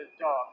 dog